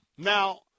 Now